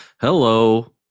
hello